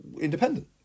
independent